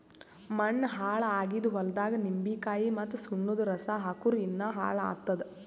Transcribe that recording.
ಮಣ್ಣ ಹಾಳ್ ಆಗಿದ್ ಹೊಲ್ದಾಗ್ ನಿಂಬಿಕಾಯಿ ಮತ್ತ್ ಸುಣ್ಣದ್ ರಸಾ ಹಾಕ್ಕುರ್ ಇನ್ನಾ ಹಾಳ್ ಆತ್ತದ್